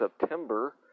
September